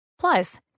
Plus